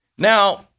Now